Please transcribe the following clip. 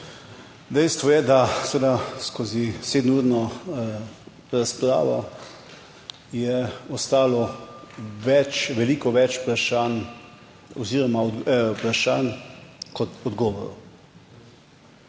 Dejstvo je, da seveda skozi sedemurno razpravo je ostalo več, veliko več vprašanj oziroma vprašanj kot odgovorov.